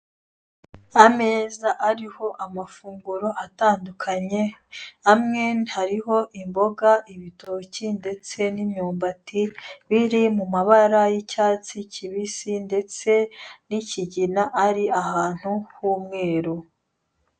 Ameza ariho amafunguro atandukanye, amwe hariho imboga, ibitoki ndetse n'imyumbati ,biri mu mabara y'icyatsi kibisi ndetse n'ikigina, ari ahantu h'umweru.